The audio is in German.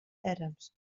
adams